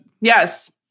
Yes